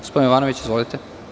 Gospodine Jovanoviću, izvolite.